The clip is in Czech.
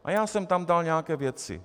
A já jsem tam dal nějaké věci.